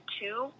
two